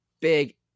big